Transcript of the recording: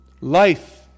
Life